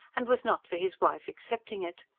and was not for his wife accepting it.